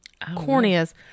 Corneas